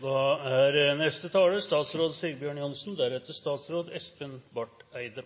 Dokument 1 er